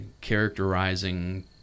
characterizing